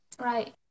Right